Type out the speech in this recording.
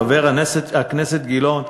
חבר הכנסת גילאון,